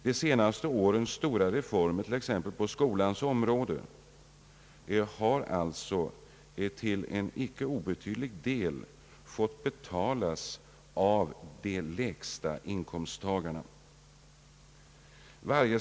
De senaste årens stora reformer på t.ex. skolans område har till en betydande del fått betalas av de lägsta inkomsttagarna.